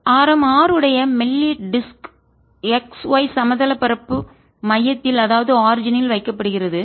ஆரம் R உடைய மெல்லிய டிஸ்க் வட்டு x y சமதள பரப்பு தட்டையான பரப்பு மையத்தில் அதாவது ஆரிஜின் யில் தோற்றத்துடன் வைக்கப்படுகிறது